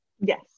Yes